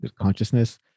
Consciousness